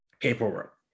paperwork